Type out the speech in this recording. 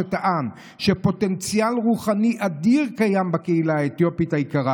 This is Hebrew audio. שטען שפוטנציאל רוחני אדיר קיים בקהילה האתיופית היקרה.